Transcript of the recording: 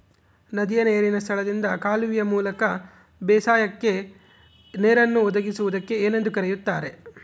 ನದಿಯ ನೇರಿನ ಸ್ಥಳದಿಂದ ಕಾಲುವೆಯ ಮೂಲಕ ಬೇಸಾಯಕ್ಕೆ ನೇರನ್ನು ಒದಗಿಸುವುದಕ್ಕೆ ಏನೆಂದು ಕರೆಯುತ್ತಾರೆ?